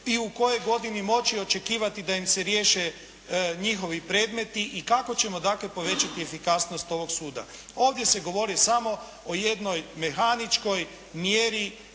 i u kojoj godini moći očekivati da im se riješe njihovi predmeti? I kako ćemo dakle povećati efikasnost ovog suda? Ovdje se govori samo o jednoj mehaničkoj mjeri